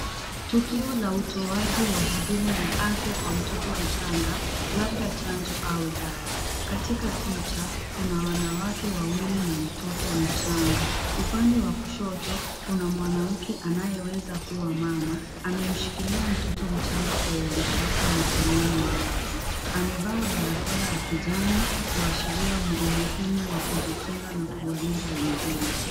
Tukio la utoaji wa huduma ya afya kwa mtoto mchanga labda chanjo au dawa. Katika picha, kuna wanawake wawili na mtoto mchanga. Upande wa kushoto, kuna mwanamke anayeweza kuwa mama, amemshikilia mtoto mchanga kwa uangalifu mikononi mwake. Amevaa barakoa ya kijani, kuashiria umuhimu wa kujikinga na kuwalinda wengine.